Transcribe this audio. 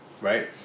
right